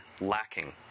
lacking